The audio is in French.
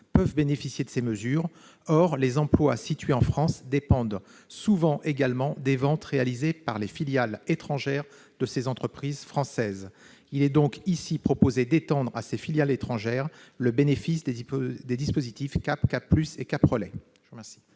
Je vous remercie